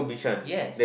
yes